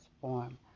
form